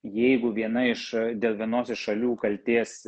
jeigu viena iš dėl vienos iš šalių kaltės